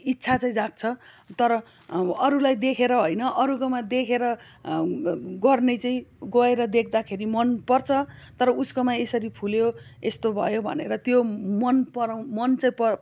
इच्छा चाहिँ जाग्छ तर अरूलाई देखेर होइन अरूकोमा देखेर गर्ने चाहिँ गएर देख्दाखेरि मनपर्छ तर उसकोमा यसरी फुल्यो यस्तो भयो भनेर त्यो मन पराउ मन चाहिँ पर्